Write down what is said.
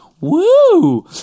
Woo